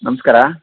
ನಮಸ್ಕಾರ